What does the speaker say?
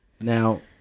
Now